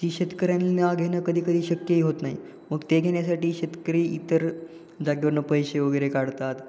ती शेतकऱ्यांना घेणं कधी कधी शक्यही होत नाही मग ते घेण्यासाठी शेतकरी इतर जागेवरून पैसे वगैरे काढतात